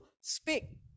speak